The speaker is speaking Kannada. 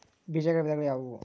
ಬೇಜಗಳ ವಿಧಗಳು ಯಾವುವು?